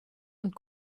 und